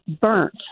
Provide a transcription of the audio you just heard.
burnt